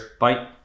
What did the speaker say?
Bye